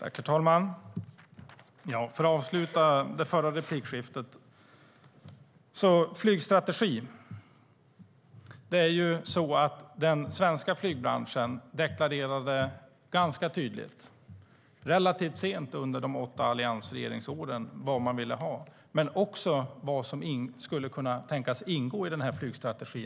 Herr talman! Jag ska ta upp det som jag inte hann ta upp i min förra replik. När det gäller flygstrategin deklarerade den svenska flygbranschen ganska tydligt, men relativt sent under de åtta alliansregeringsåren, vad man ville ha men också vad som skulle kunna tänkas ingå i denna flygstrategi.